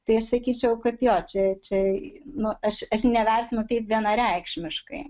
tai aš sakyčiau kad jo čia čia nuo aš aš nevertinu tai vienareikšmiškai